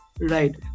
Right